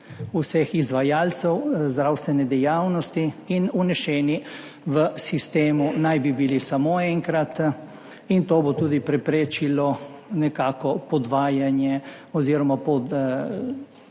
vseh izvajalcev zdravstvene dejavnosti in vneseni v sistemu naj bi bili samo enkrat, kar bo tudi preprečilo podvajanje oziroma